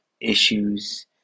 issues